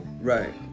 Right